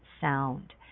sound